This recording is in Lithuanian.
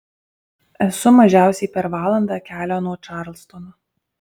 esu mažiausiai per valandą kelio nuo čarlstono